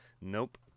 nope